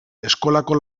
eskolako